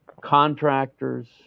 contractors